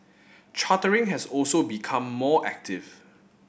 chartering has also become more active